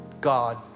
God